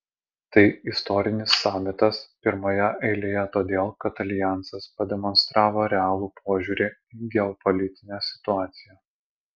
tai istorinis samitas pirmoje eilėje todėl kad aljansas pademonstravo realų požiūrį į geopolitinę situaciją